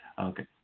Okay